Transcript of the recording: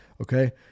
Okay